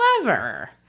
clever